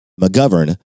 McGovern